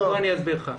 אני אסביר לך.